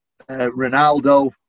Ronaldo